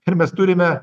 ir mes turime